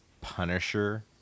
Punisher